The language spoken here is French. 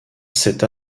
cette